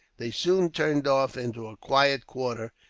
they soon turned off into a quieter quarter,